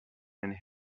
and